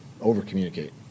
over-communicate